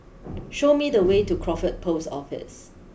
show me the way to Crawford post Office